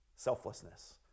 Selflessness